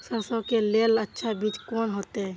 सरसों के लेल अच्छा बीज कोन होते?